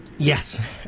Yes